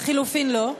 אה, לחלופין לא.